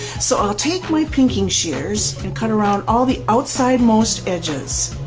so i'll take my pinking shears and cut around all the outside most edges,